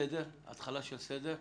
יש כאן התחלה של סדר.